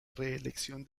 reelección